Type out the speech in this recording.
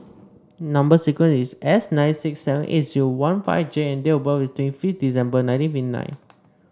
number sequence is S nine six seven eight zero one five J and date of birth is twenty fifth December nineteen fifty nine